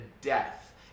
death